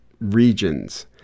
regions